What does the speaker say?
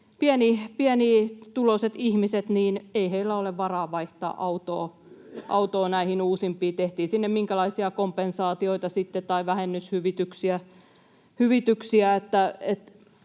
pienituloisilla ihmisillä ole varaa vaihtaa autoa näihin uusimpiin, tehtiin sinne minkälaisia kompensaatioita tai vähennyshyvityksiä